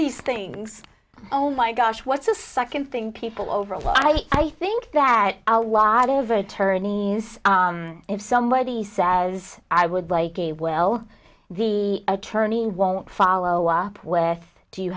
these things oh my gosh what's the second thing people overall i i think that a lot over attorneys if somebody says i would like a well the attorney won't follow up with do you